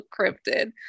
cryptid